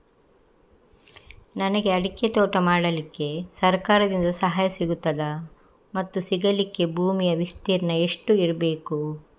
ನನಗೆ ಅಡಿಕೆ ತೋಟ ಮಾಡಲಿಕ್ಕೆ ಸರಕಾರದಿಂದ ಸಹಾಯ ಸಿಗುತ್ತದಾ ಮತ್ತು ಸಿಗಲಿಕ್ಕೆ ಭೂಮಿಯ ವಿಸ್ತೀರ್ಣ ಎಷ್ಟು ಇರಬೇಕು?